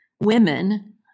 women